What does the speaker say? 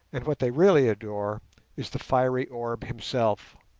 and what they really adore is the fiery orb himself.